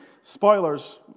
spoilers